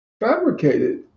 fabricated